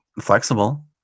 flexible